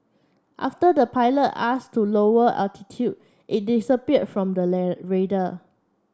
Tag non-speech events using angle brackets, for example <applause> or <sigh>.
after the pilot asked to lower altitude it disappeared from the <unintelligible> radar